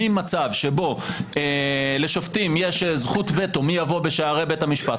ממצב שבו לשופטים יש זכות וטו מי יבוא בשערי בית המשפט,